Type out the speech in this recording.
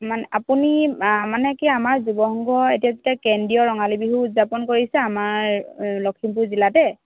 মানে আপুনি মানে কি আমাৰ যুৱ সংঘৰ কেন্দ্ৰীয় ৰঙালী বিহু উৎযাপন কৰিছে আমাৰ লখিমপুৰ জিলাতে